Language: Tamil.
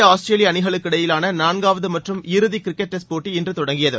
இந்தியா ஆஸ்திரேலியா அணிகளுக்கிடையிலான நான்காவது மற்றும் இறுதி கிரிக்கெட் டெஸ்ட் போட்டி இன்று தொடங்கியது